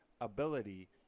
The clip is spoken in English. ability